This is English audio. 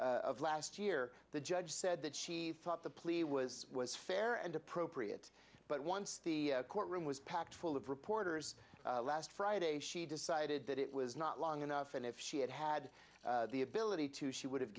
of last year the judge said that she thought the plea was was fair and appropriate but once the courtroom was packed full of reporters last friday she decided that it was not long enough and if she had had the ability to she would have